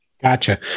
Gotcha